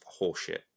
horseshit